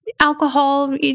alcohol